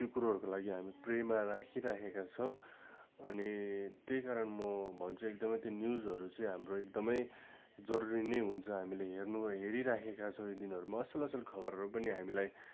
त्यो कुरोहरूको लागि हामी प्रेमा राखिराखेका छौँ अनि त्यही कारण म भन्छु एकदमै त्यो न्युजहरू चाहिँ हाम्रो एकदमै जरुरी नै हुन्छ हामीले हेर्नु हेरिराखेका छौँ यी दिनहरूमा असल असल खबरहरू पनि हामीलाई